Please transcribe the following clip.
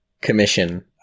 commission